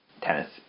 tennis